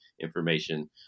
information